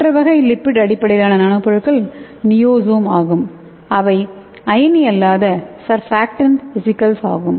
மற்ற வகை லிப்பிட் அடிப்படையிலான நானோ பொருட்கள் நியோசோம் ஆகும் அவை அயனி அல்லாத சர்பாக்டான்ட் வெசிகல்ஸ் ஆகும்